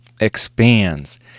expands